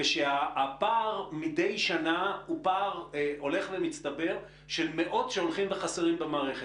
ושהפער מדי שנה הוא פער הולך ומצטבר של מאות שהולכים וחסרים במערכת.